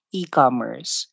e-commerce